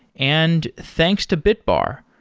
and thanks to bitbar.